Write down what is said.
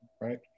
Right